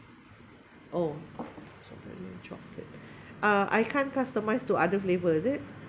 oh strawberry chocolate uh I can't customize to other flavour is it